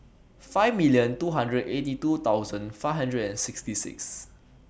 five million two hundred eighty two thousand five hundred and sixty six